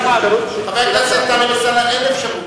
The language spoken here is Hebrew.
חבר הכנסת טלב אלסאנע, אין אפשרות.